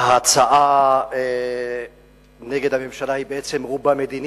ההצעה נגד הממשלה היא בעצם רובה מדינית,